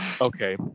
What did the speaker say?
Okay